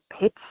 pitch